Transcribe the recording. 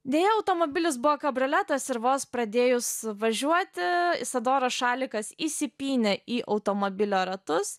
deja automobilis buvo kabrioletas ir vos pradėjus važiuoti isadoros šalikas įsipynė į automobilio ratus